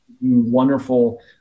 wonderful